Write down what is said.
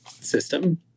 system